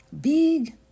big